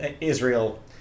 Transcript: Israel